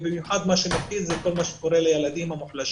במיוחד מה שמפחיד זה כל מה שקורה לילדים המוחלשים